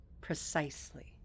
Precisely